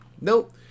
Nope